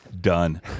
Done